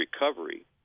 recovery